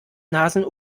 nasen